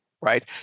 right